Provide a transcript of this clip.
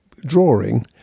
drawing